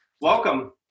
Welcome